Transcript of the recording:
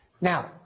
Now